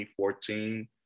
2014